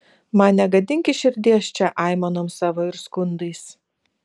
man negadinki širdies čia aimanom savo ir skundais